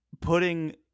putting